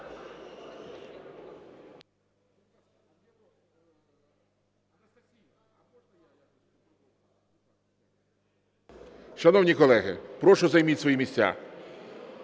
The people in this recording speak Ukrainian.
Шановні колеги, прошу, займіть свої місця.